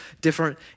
different